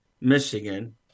Michigan